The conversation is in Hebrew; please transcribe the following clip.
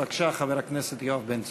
בבקשה, חבר הכנסת יואב בן צור.